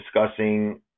discussing